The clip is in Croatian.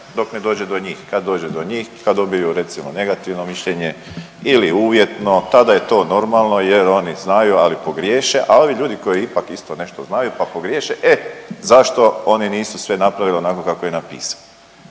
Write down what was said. dok ne dođe do njih. Kad dođe do njih kad dobiju recimo negativno mišljenje ili uvjetno tada je to normalno jer oni znaju, ali pogriješe, a ovi ljudi koji ipak isto nešto znaju pa pogriješe e zašto oni nisu sve napravili onako kako je napisano.